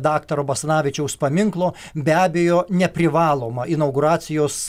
daktaro basanavičiaus paminklo be abejo neprivaloma inauguracijos